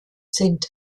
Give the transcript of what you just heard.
sind